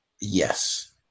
Yes